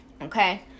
okay